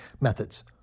Methods